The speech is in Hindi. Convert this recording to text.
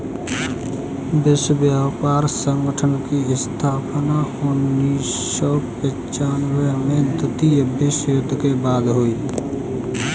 विश्व व्यापार संगठन की स्थापना उन्नीस सौ पिच्यानबें में द्वितीय विश्व युद्ध के बाद हुई